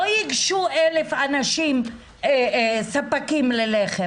לא ייגשו 1,000 ספקים אליכם.